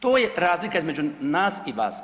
To je razlika između nas i vas.